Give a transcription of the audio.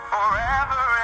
Forever